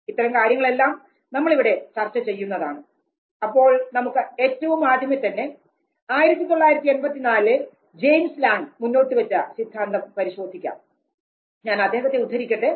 ഇത്തരം കാര്യങ്ങളെല്ലാം നമ്മൾ ഇവിടെ ചർച്ച ചെയ്യുന്നതാണ് അപ്പോൾ നമുക്ക് ഏറ്റവും ആദ്യമേ തന്നെ 1984 ജെയിംസ് ലാംങ് മുന്നോട്ടുവെച്ച സിദ്ധാന്തം പരിശോധിക്കാം ഞാൻ അദ്ദേഹത്തെ ഉദ്ധരിക്കട്ടെ